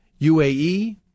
UAE